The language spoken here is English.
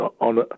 on